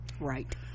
right